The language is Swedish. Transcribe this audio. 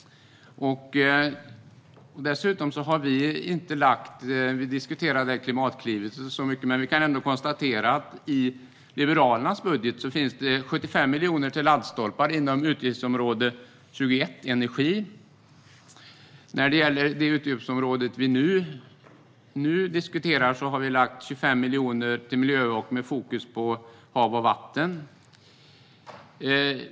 Vi har inte diskuterat Klimatklivet särskilt mycket, men vi kan ändå konstatera att det i Liberalernas budgetförslag finns 75 miljoner till laddstolpar inom utgiftsområde 21 Energi. Inom det utgiftsområde vi nu diskuterar har vi lagt 25 miljoner till miljön med fokus på hav och vatten.